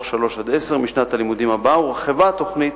3 10. משנת הלימודים הבאה הורחבה התוכנית